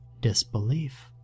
disbelief